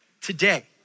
today